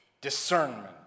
discernment